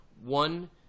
one